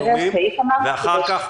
אחר כך,